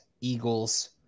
Eagles